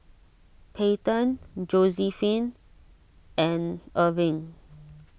Peyton Josiephine and Erving